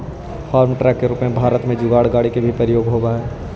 farm truck के रूप में भारत में जुगाड़ गाड़ि के भी प्रयोग होवऽ हई